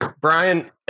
Brian